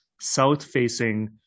south-facing